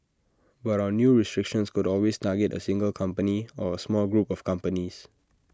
but A new restrictions could always target A single company or A small group of companies